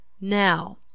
Now